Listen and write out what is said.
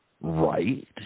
Right